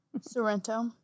Sorrento